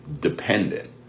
dependent